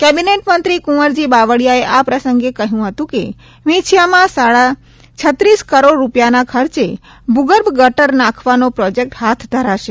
cabinet મંત્રી કુંવરજી બાવળિયાએ આ પ્રસંગે કહ્યું હતું કે વિંછીયામાં સાડા છત્રીસ કરોડ રૂપિયાના ખર્ચે ભૂગર્ભ ગટર નાંખવાનો પ્રોજેકટ હાથ ધરાશે